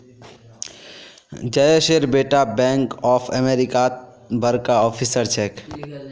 जयेशेर बेटा bank of अमेरिकात बड़का ऑफिसर छेक